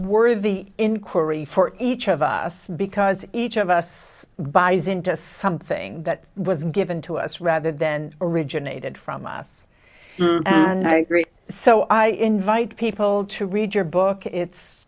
worthy inquiry for each of us because each of us buys into something that was given to us rather than originated from us so i invite people to read your book it's